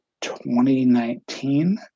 2019